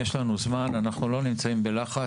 יש לנו זמן, אנחנו לא נמצאים בלחץ.